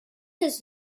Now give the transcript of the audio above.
his